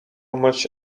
much